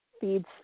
feeds